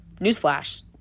Newsflash